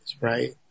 Right